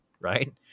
right